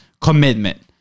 commitment